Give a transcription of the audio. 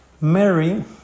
Mary